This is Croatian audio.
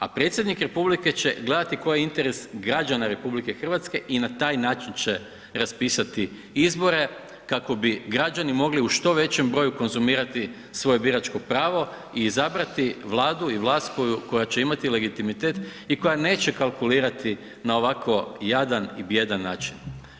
A predsjednik republike će gledati koji je interes građana RH i na taj način će raspisati izbore kako bi građani mogli u što većem broju konzumirati svoje biračko pravo i izabrati vladu i vlast koja će imati legitimitet i koja neće kalkulirati na ovako jadan i bijedan način.